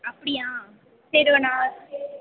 அப்படியா சரி நான்